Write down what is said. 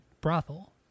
brothel